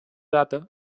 data